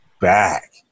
back